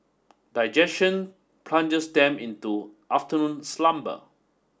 digestion plunges them into afternoon slumber